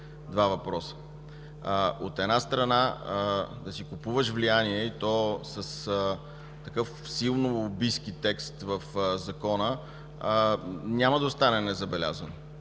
два въпроса. От една страна, да си купуваш влияние и то с така силно лобистки текст в Закона няма да остане незабелязано